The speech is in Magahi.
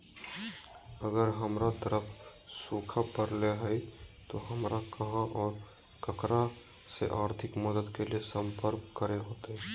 अगर हमर तरफ सुखा परले है तो, हमरा कहा और ककरा से आर्थिक मदद के लिए सम्पर्क करे होतय?